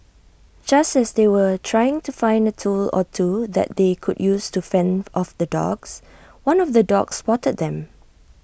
just as they were trying to find A tool or two that they could use to fend off the dogs one of the dogs spotted them